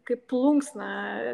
kaip plunksna